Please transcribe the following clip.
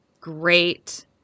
Great